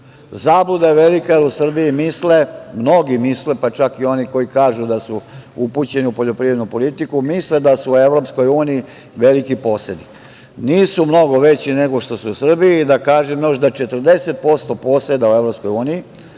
zabluda je da u Srbiji mnogi misle, pa čak i oni koji kažu da su upućeni u poljoprivrednu politiku, misle da su u EU veliki posedi. Nisu mnogo veći nego što su u Srbiji. Da kažem još da 40% poseda u EU,